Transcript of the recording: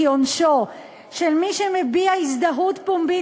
כי עונשו של מי שמביע הזדהות פומבית